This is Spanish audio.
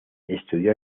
estudió